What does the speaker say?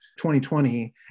2020